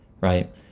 right